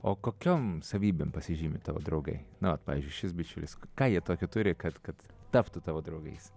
o kokiom savybėm pasižymi tavo draugai na vat pavyzdžiui šis bičiulis ką jie tokio turi kad kad taptų tavo draugais